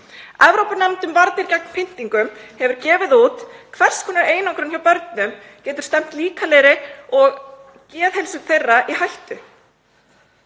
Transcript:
Evrópunefnd um varnir gegn pyndingum hefur gefið það út að hvers konar einangrun hjá börnum geti stefnt líkamlegri heilsu og geðheilsu þeirra í hættu.